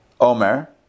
Omer